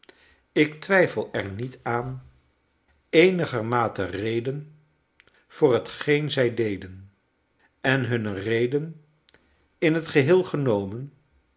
ik twijfel er niet aan eenigermate reden voor hetgeen zij deden en hunne reden in het geheel genomen